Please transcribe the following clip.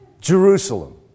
Jerusalem